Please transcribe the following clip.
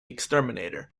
exterminator